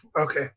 Okay